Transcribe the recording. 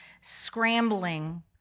scrambling